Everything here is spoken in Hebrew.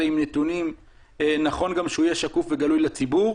עם נתונים נכון גם שהוא יהיה שקוף וגלוי לציבור.